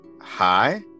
hi